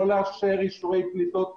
לא לאשר אישורי פליטות נוספים.